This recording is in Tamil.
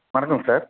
வணக்கம் சார்